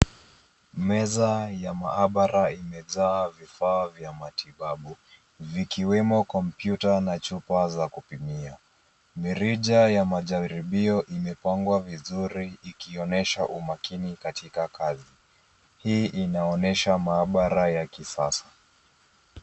Meza ya mahabara imejaa vifaa vya matibabu, vikiwemo kompyuta na chupa za kupimia. Mirija ya majaribio imepangwa vizuri ikionyesha umakini katika kazi. Hii inaonyesha mahabara ya kisasa.